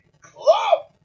Club